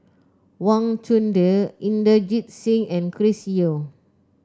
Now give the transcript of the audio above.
Wang Chunde Inderjit Singh and Chris Yeo